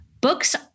books